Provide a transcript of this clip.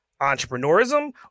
entrepreneurism